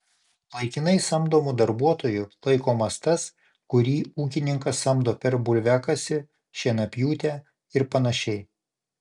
laikinai samdomu darbuotoju laikomas tas kurį ūkininkas samdo per bulviakasį šienapjūtę ir panašiai